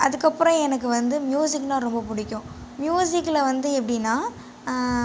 அதுக்கப்றம் எனக்கு வந்து மியூசிக்குனால் ரொம்ப பிடிக்கும் மியூசிக்கில் வந்து எப்படினா